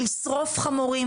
לשרוף חמורים,